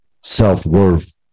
self-worth